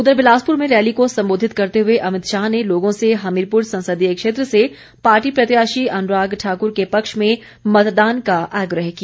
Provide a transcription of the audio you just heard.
उधर बिलासपुर में रैली को संबोधित करते हुए अमित शाह ने लोगों से हमीरपुर संसदीय क्षेत्र से पार्टी प्रत्याशी अनुराग ठाकुर के पक्ष में मतदान का आग्रह किया